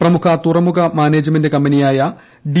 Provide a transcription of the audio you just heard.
പ്രമുഖ തുറമുഖ മാനേജ്മെന്റ് കമ്പനിയായ ഡി